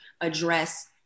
address